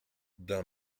d’un